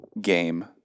game